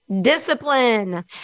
discipline